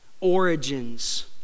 origins